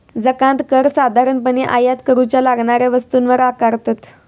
जकांत कर साधारणपणे आयात करूच्या लागणाऱ्या वस्तूंवर आकारतत